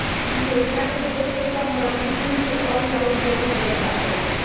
इ योजना से देस के सब मंडी कुल के ऑनलाइन जोड़ल गईल बाटे